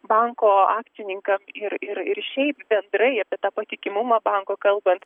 banko akcininkams ir ir ir šiaip bendrai apie tą patikimumą banko kalbant